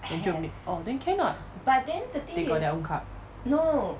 then 就 orh then can [what] they got their own cup